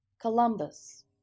Columbus